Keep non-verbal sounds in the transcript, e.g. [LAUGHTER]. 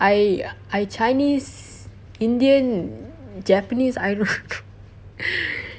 I I chinese indian japanese I do~ [LAUGHS]